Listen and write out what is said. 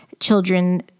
Children